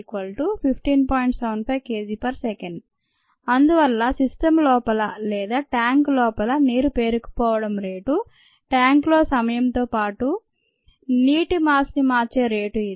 75 Kg s 1 అందువల్ల system లోపల లేదా ట్యాంకు లోపల నీరు పేరుకుపోవడం రేటు ట్యాంకులో సమయం తోపాటుగా నీటి మాస్ ని మార్చే రేటు ఇది